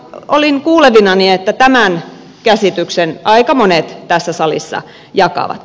olin kuulevinani että tämän käsityksen aika monet tässä salissa jakavat